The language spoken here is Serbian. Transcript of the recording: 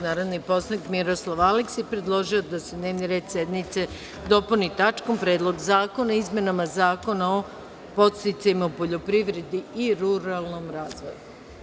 Narodni poslanik Miroslav Aleksić predložio je da se dnevni red sednice dopuni tačkom Predlog zakona o izmenama Zakona o podsticajima u poljoprivredi i ruralnom razvoju.